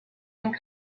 and